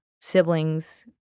siblings